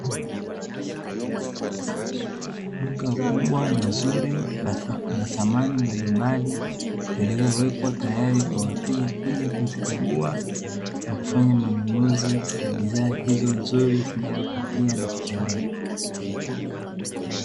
Duka kubwa na zuri la samani mbalimbali zilizowekwa tayari kwa wateja kuja kuzikagua na kufanya manunuzi ya bidhaa hizo nzuri zinazovutia na kupendeza.